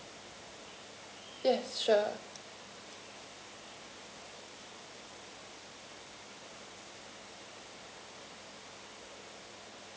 yes sure